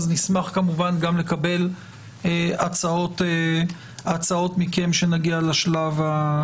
נשמח כמובן גם לקבל הצעות מכם כשנגיע לשלב הקונקרטי.